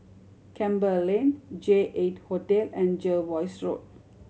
Campbell Lane J Eight Hotel and Jervois Road